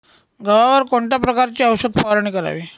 गव्हावर कोणत्या प्रकारची औषध फवारणी करावी?